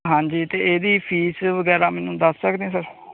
ਹਾਂਜੀ ਤੇ ਇਹਦੀ ਫੀਸ ਵਗੈਰਾ ਮੈਨੂੰ ਦੱਸ ਸਕਦੇ ਹੋ ਸਰ